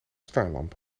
staanlamp